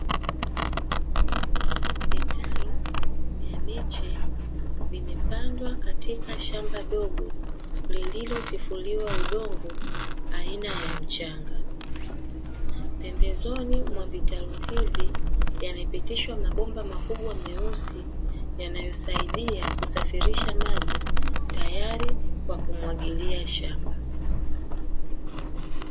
Vitalu vya miche vimepandwa katika shamba dogo lililotifuliwa udongo aina ya mchanga, pembezoni mwa vitalu hivi yamepitishwa mabomba makubwa meusi yanayosaidia kusafirisha maji tayari kwa kumwagilia shamba.